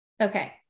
Okay